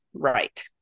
Right